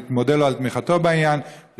אני מודה לו על תמיכתו בעניין.